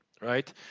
Right